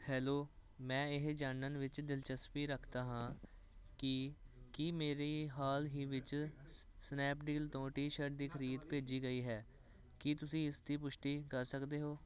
hello ਮੈਂ ਇਹ ਜਾਣਨ ਵਿੱਚ ਦਿਲਚਸਪੀ ਰੱਖਦਾ ਹਾਂ ਕਿ ਕੀ ਮੇਰੀ ਹਾਲ ਹੀ ਵਿੱਚ ਸਨੈਪਡੀਲ ਤੋਂ ਟੀ ਸ਼ਰਟ ਦੀ ਖਰੀਦ ਭੇਜੀ ਗਈ ਹੈ ਕੀ ਤੁਸੀਂ ਇਸ ਦੀ ਪੁਸ਼ਟੀ ਕਰ ਸਕਦੇ ਹੋ